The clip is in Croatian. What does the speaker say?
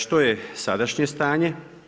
Što je sadašnje stanje?